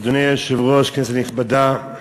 אדוני היושב-ראש, כנסת נכבדה,